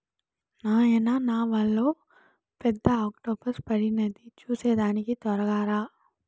నాయనా నావలో పెద్ద ఆక్టోపస్ పడినాది చూసేదానికి తొరగా రా